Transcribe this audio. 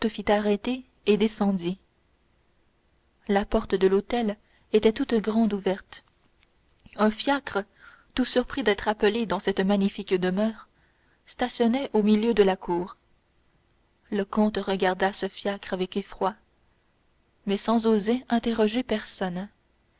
arrêter et descendit la porte de l'hôtel était toute grande ouverte un fiacre tout surpris d'être appelé dans cette magnifique demeure stationnait au milieu de la cour le comte regarda ce fiacre avec effroi mais sans oser interroger personne